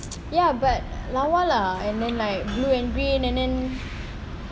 ya but lawa lah and then like blue and green and then